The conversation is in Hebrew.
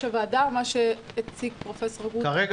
הוועדה או מה שהציג פרופ' גרוטו?